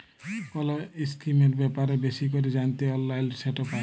call ইসকিমের ব্যাপারে বেশি ক্যরে জ্যানতে অললাইলে সেট পায়